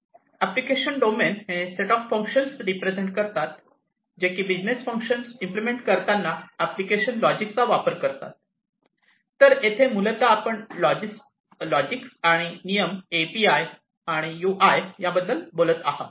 application domain हे set of functions represent करतात जे की बिझनेस फंक्शन इम्प्लिमेंट करताना एप्लीकेशन लॉजिक चा वापर करतात तर येथे मूलतः आपण लॉजिक्स आणि नियम एपीआय आणि यूआय बद्दल बोलत आहात